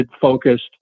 focused